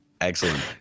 excellent